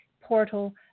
portal